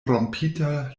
rompita